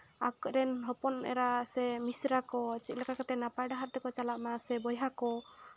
ᱟᱠᱚᱨᱮᱱ ᱦᱚᱯᱚᱱ ᱮᱨᱟ ᱥᱮ ᱢᱤᱥᱨᱟ ᱠᱚ ᱪᱮᱫ ᱞᱮᱠᱟ ᱠᱟᱛᱮᱫ ᱱᱟᱯᱟᱭ ᱰᱟᱦᱟᱨ ᱛᱮᱠᱚ ᱪᱟᱞᱟᱜ ᱢᱟ ᱥᱮ ᱵᱚᱭᱦᱟ ᱠᱚ